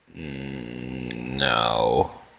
No